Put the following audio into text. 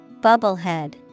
Bubblehead